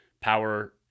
Power